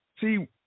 see